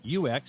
UX